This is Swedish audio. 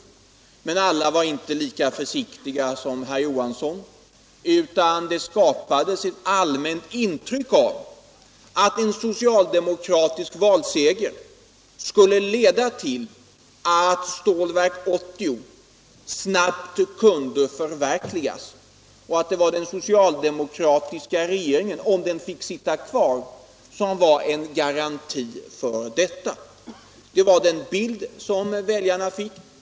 Men alla socialdemokrater var inte lika försiktiga som herr Johansson, utan det skapades ett allmänt intryck av att en socialdemokratisk valseger skulle leda till att Stålverk 80 snabbt kunde förverkligas och att det var den socialdemokratiska regeringen — om den fick sitta kvar — som var en garant för detta. Det var den bild som väljarna fick.